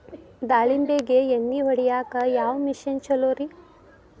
ದಾಳಿಂಬಿಗೆ ಎಣ್ಣಿ ಹೊಡಿಯಾಕ ಯಾವ ಮಿಷನ್ ಛಲೋರಿ?